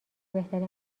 بهترین